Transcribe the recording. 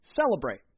celebrate